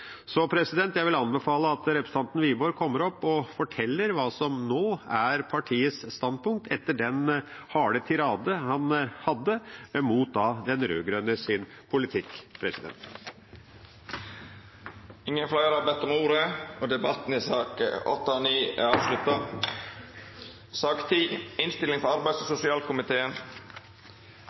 Så vil jeg anbefale at representanten Wiborg kommer opp og forteller hva som nå er partiets standpunkt, etter den harde tiraden han kom med mot de rød-grønnes politikk. Fleire har ikkje bedt om ordet til sakene nr. 8 og 9. Etter ynske frå arbeids- og sosialkomiteen vil presidenten føreslå at taletida vert avgrensa til 5 minutt til kvar partigruppe og